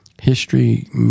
history